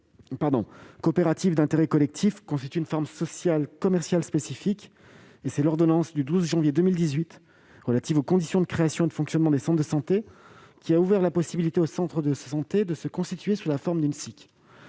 coopérative d'intérêt collectif constitue une forme sociale commerciale spécifique. C'est l'ordonnance du 12 janvier 2018 relative aux conditions de création et de fonctionnement des centres de santé qui a permis à ces derniers de se constituer sous la forme de SCIC.